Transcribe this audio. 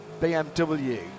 BMW